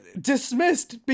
dismissed